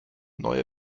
neue